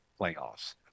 playoffs